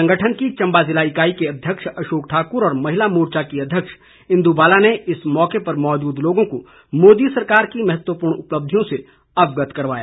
संगठन की चम्बा जिला इकाई के अध्यक्ष अशोक ठाकुर और महिला मोर्चा के अध्यक्ष इंदु बाला ने इस मौके पर मौजूद लोगों को मोदी सरकार की महत्वपूर्ण उपलब्धियों से अवगत करवाया